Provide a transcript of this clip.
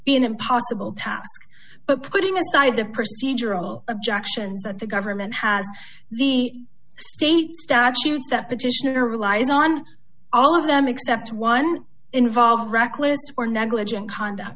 be an impossible task but putting aside the procedural objections that the government has the state statutes that petitioner relies on all of them except one involved reckless or negligent conduct